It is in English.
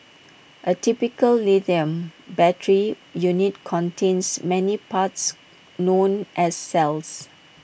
A typical lithium battery unit contains many parts known as cells